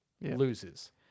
loses